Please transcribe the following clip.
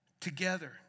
together